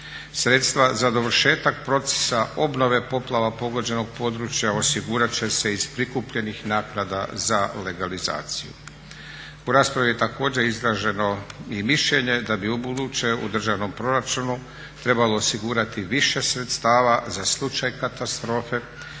Sredstva za dovršetak procesa obnove poplava pogođenog područja osigurati će se iz prikupljenih naknada za legalizaciju. U raspravi je također izraženo i mišljenje da bi ubuduće u državnom proračunu trebalo osigurati više sredstava za slučaj katastrofe